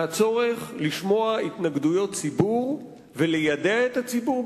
מהצורך לשמוע התנגדויות ציבור וליידע את הציבור,